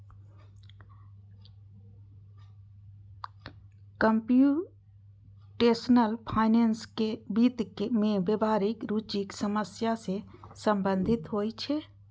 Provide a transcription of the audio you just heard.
computational finance वित्त मे व्यावहारिक रुचिक समस्या सं संबंधित होइ छै